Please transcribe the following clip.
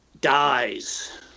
dies